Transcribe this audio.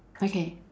okay